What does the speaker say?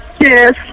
yes